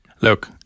Look